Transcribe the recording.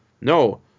No